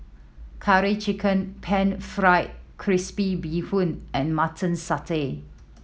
Curry Chicken Pan Fried Crispy Bee Hoon and Mutton Satay